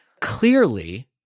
clearly